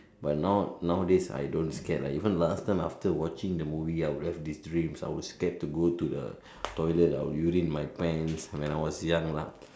but now nowadays I don't scared lah even last time after watching the movie I will have deep dreams I will scared to go to the toilet I will urine my pants when I was young lah